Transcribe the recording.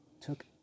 took